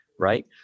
right